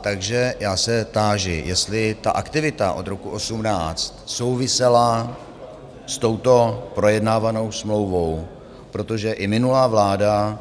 Takže já se táži, jestli ta aktivita od roku 2018 souvisela s touto projednávanou smlouvou, protože i minulá vláda